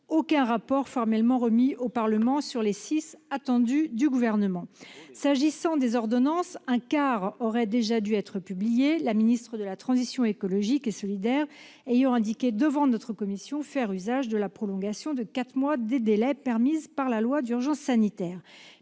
aucun rapport formellement remis au Parlement sur les six attendus du Gouvernement. Un quart des ordonnances aurait déjà dû être publié, la ministre de la transition écologique et solidaire ayant indiqué devant notre commission faire usage de la prolongation de quatre mois des délais permise par la loi d'urgence sanitaire.